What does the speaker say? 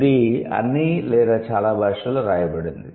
ఇది అన్ని లేదా చాలా భాషలలో వ్రాయబడింది